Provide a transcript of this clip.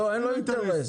אין לו אינטרס.